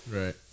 Right